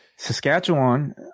Saskatchewan